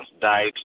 died